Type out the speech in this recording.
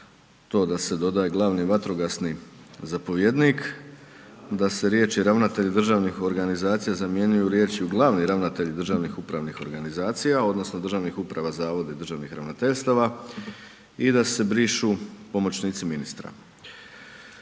to da se dodaje glavni vatrogasni zapovjednik, da se riječi ravnatelj državnih organizacija, zamjenjuje riječi glavni ravnatelj državnih upravnih organizacija, odnosno, državnih uprava zavoda i državnih ravnateljstava i da se brišu pomoćnici ministara.